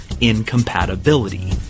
incompatibility